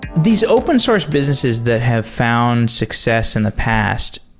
these open source businesses that have found success in the past,